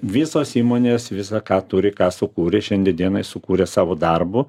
visos įmonės visa ką turi ką sukūrė šiandien dienai sukūrė savo darbu